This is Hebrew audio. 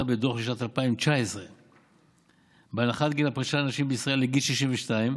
בדוח לשנת 2019 בהנחת גיל הפרישה לנשים בישראל כגיל 62,